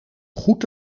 goed